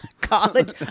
College